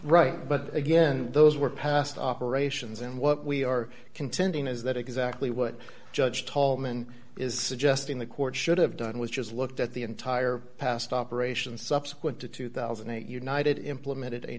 right but again those were past operations and what we are contending is that exactly what judge tallman is suggesting the courts should have done which is looked at the entire past operations subsequent to two thousand and eight united implemented a